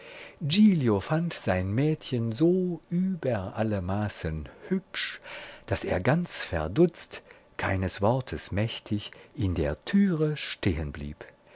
fand sein mädchen so über alle maßen hübsch daß er ganz verdutzt keines wortes mächtig in der türe stehen